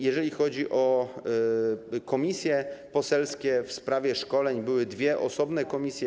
Jeżeli chodzi o komisje poselskie w sprawie szkoleń, to były dwie osobne komisje.